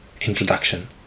introduction